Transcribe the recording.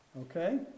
Okay